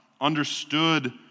understood